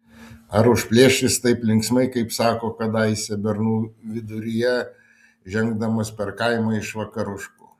ar užplėš jis taip linksmai kaip sako kadaise bernų viduryje žengdamas per kaimą iš vakaruškų